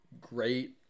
great